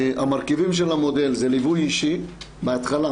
המרכיבים של המודל זה ליווי אישי בהתחלה.